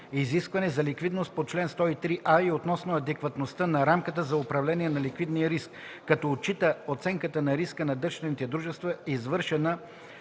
изискване за ликвидност по чл. 103а и относно адекватността на рамката за управление на ликвидния риск, като отчита оценката на риска на дъщерните дружества, извършена